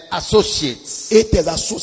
associates